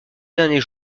derniers